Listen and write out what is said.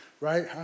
right